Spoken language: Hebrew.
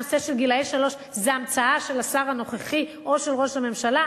הנושא של גילאי שלוש זאת המצאה של השר הנוכחי או של ראש הממשלה?